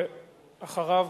ואחריה,